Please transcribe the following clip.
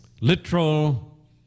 literal